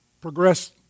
progress